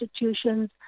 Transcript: institutions